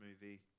movie